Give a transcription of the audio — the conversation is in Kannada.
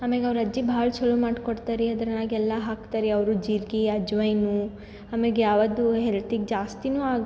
ಅಮ್ಯಾಗೆ ಅವ್ರು ಅಜ್ಜಿ ಭಾಳ ಛಲೋ ಮಾಡಿಕೊಡ್ತಾರಿ ಅದರಾಗೆಲ್ಲ ಹಾಕ್ತಾರಿ ಅವರು ಜೀರ್ಗೆ ಅಜ್ವಾಯ್ನ ಆಮ್ಯಾಗೆ ಯಾವುದು ಹೆಲ್ತಿಗೆ ಜಾಸ್ತಿನೂ ಆಗ